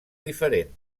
diferent